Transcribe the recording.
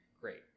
Great